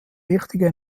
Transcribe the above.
wichtiger